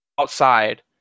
outside